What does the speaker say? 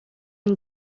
and